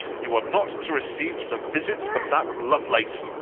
you are not to receive the visits of that lovelace,